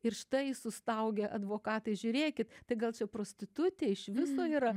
ir štai sustaugia advokatai žiūrėkit tai gal čia prostitutė iš viso yra